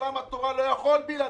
עולם התורה לא יכול בלעדיה.